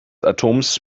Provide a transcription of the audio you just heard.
atoms